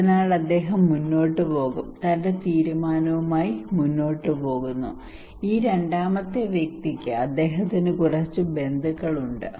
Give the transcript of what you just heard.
അതിനാൽ അദ്ദേഹം മുന്നോട്ട് പോകും തന്റെ തീരുമാനവുമായി മുന്നോട്ട് പോകുക ഈ രണ്ടാമത്തെ വ്യക്തിക്ക് അദ്ദേഹത്തിന് കുറച്ച് ബന്ധുക്കളുണ്ട്